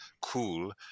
cool